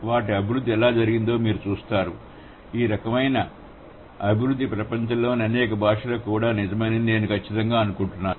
వాటి అభివృద్ధి ఎలా జరిగిందో మీరు చూస్తారు ఈ రకమైన అభివృద్ధి ప్రపంచంలోని అనేక భాషలకు కూడా నిజమని నేను ఖచ్చితంగా అనుకుంటున్నాను